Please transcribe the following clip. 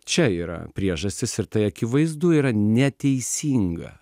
čia yra priežastys ir tai akivaizdu yra neteisinga